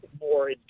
more